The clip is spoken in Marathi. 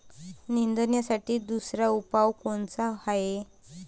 निंदनासाठी दुसरा उपाव कोनचा हाये?